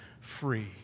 free